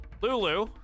Lulu